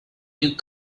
you